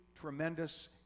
tremendous